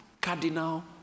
cardinal